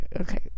okay